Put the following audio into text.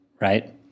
right